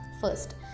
First